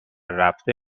رفته